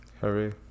hurry